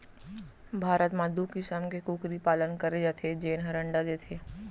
भारत म दू किसम के कुकरी पालन करे जाथे जेन हर अंडा देथे